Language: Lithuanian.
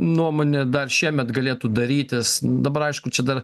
nuomone dar šiemet galėtų darytis dabar aišku čia dar